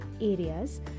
areas